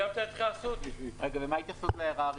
מה ההתייחסות מההערה הראשונה?